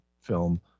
film